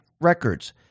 records